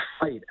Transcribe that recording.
fight